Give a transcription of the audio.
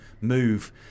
move